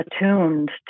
Attuned